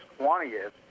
20th